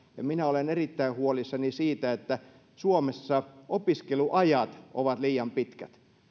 minä olen erittäin huolissani siitä että suomessa opiskeluajat ovat liian pitkät